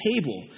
table